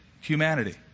humanity